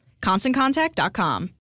ConstantContact.com